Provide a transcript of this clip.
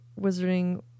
Wizarding